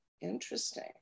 Interesting